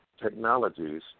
technologies